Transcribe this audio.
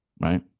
right